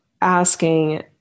asking